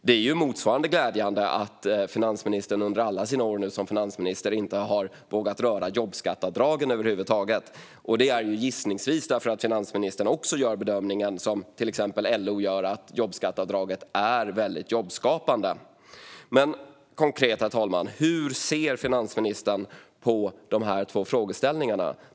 På motsvarande sätt är det glädjande att finansministern under alla sina år som finansminister inte har vågat röra jobbskatteavdragen över huvud taget, gissningsvis därför att även finansministern gör den bedömning som till exempel LO gör att jobbskatteavdraget är väldigt jobbskapande. Herr talman! Hur ser finansministern konkret på de här två frågeställningarna?